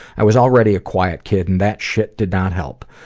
i was already a quiet kid, and that shit did not help.